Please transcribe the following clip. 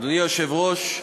אדוני היושב-ראש,